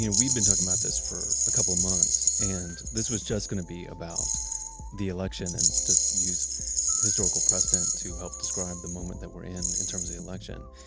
you know we've been talking about this for a couple of months and this was just going to be about the election and just use historical precedent to help describe the moment that we're in, in terms of the election.